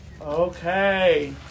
Okay